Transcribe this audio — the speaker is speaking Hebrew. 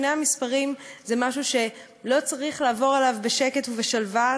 שני המספרים זה משהו שלא צריך לעבור עליו בשקט ובשלווה,